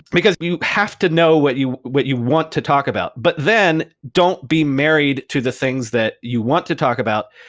because you have to know what you what you want to talk about. but then don't be married to the things that you want to talk about.